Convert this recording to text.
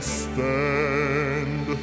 stand